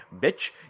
Bitch